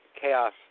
chaos